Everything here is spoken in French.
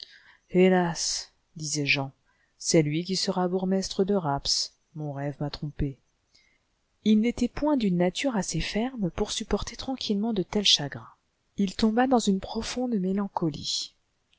hélas disait jean c'est lui qui sera bourgmestre de rapps mon rêve m'a trompé il n'était poi it d'une nature assez ferme pour supporter tranquillement de tels chagrins il tomba dans une profonde mélancolie